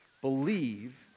believe